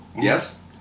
Yes